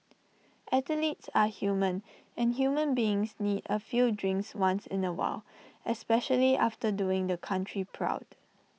athletes are human and human beings need A few drinks once in A while especially after doing the country proud